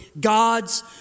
God's